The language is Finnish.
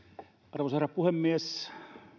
arvoisa herra puhemies